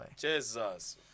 Jesus